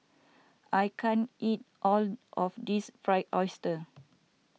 I can't eat all of this Fried Oyster